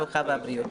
הרווחה והבריאות.